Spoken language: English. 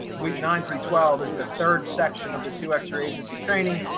week nine through twelve is the third section of the two extra agency training.